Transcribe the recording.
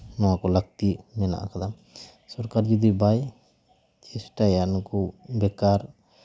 ᱱᱚᱣᱟ ᱠᱚ ᱞᱟᱹᱠᱛᱤ ᱢᱮᱱᱟᱜ ᱟᱠᱟᱫᱟ ᱥᱚᱨᱠᱟᱨ ᱡᱩᱫᱤ ᱵᱟᱭ ᱪᱮᱥᱴᱟᱭᱟ ᱱᱩᱠᱩ ᱵᱮᱠᱟᱨ